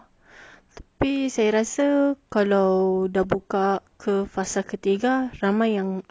tapi saya rasa kalau dah buka ke fasa ketiga ramai akan